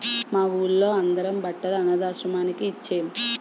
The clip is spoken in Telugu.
మా వూళ్ళో అందరం బట్టలు అనథాశ్రమానికి ఇచ్చేం